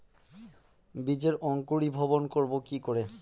বীজের অঙ্কুরিভবন করব কি করে?